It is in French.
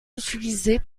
utilisées